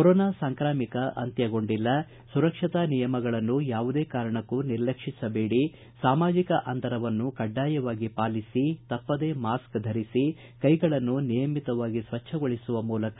corona ಸಾಂಕ್ರಾಮಿಕ ಅಂತ್ಯಗೊಂಡಿಲ್ಲ ಸುರಕ್ಷತಾ ನಿಯಮಗಳನ್ನು ಯಾವುದೇ ಕಾರಣಕ್ಕೂ ನಿರ್ಲಕ್ಷಿಸಬೇಡಿ ಸಾಮಾಜಿಕ ಅಂತರವನ್ನು ಕಡ್ಡಾಯವಾಗಿ ಪಾಲಿಸಿ ತಪ್ಪದೇ ಮಾಸ್ಕ್ ಧರಿಸಿ ಕೈಗಳನ್ನು ನಿಯಮಿತವಾಗಿ ಸ್ವಚ್ಛಗೊಳಿಸುವ ಮೂಲಕ